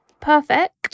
Perfect